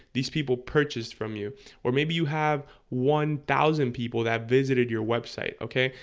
these people purchased from you or maybe you have one thousand people that visited your website okay,